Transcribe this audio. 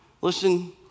listen